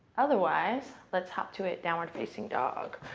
otherwise, let's hop to it, downward facing dog.